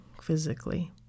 physically